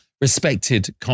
respected